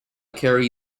kerry